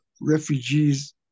refugees